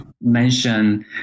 mention